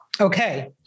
Okay